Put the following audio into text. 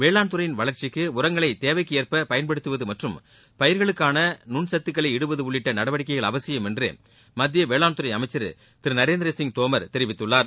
வேளாண்துறையின் வளர்ச்சிக்கு உரங்களை தேவைக்கு ஏற்ப பயன்படுத்துவது மற்றும் பயிர்களுக்கான நுண்சத்துக்களை இடுவது உள்ளிட்ட நடவடிக்கைகள் அவசியம் என்று மத்திய வேளாண்துறை அமைச்சர் திரு நரேந்தர் சிங் தோமர் தெரிவித்துள்ளார்